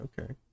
okay